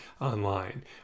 online